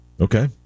Okay